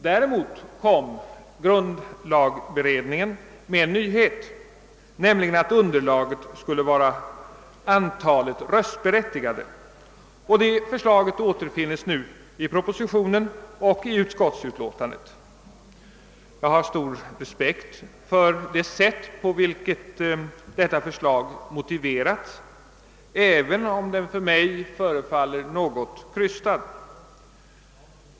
Däremot kom grundlagberedningen med en nyhet, nämligen att underlaget skulle utgöras av antalet röstberättigade. Det förslaget återfinnes nu i propositionen och i utskottsutlåtandet. Jag har stor respekt för det sätt på vilket detta förslag motiverats, även om motiveringen förefaller mig något krystad.